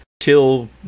Till